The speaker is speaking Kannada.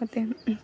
ಮತ್ತು